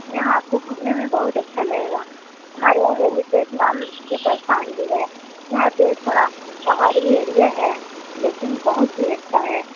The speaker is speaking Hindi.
यहाँ आपको घूमने में बहुत अच्छा लगेगा हमारे यहाँ वैली डेथ नाम की स्थान भी है यहाँ पे थोड़ा पहाड़ी एरिया है लेकिन बहुत ही अच्छा है